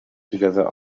together